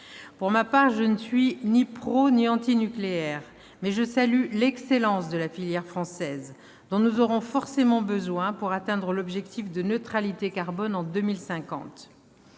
Pour ma part, je ne suis ni pro ni anti-nucléaire, mais je salue l'excellence de la filière française, dont nous aurons forcément besoin pour atteindre l'objectif de neutralité carbone en 2050.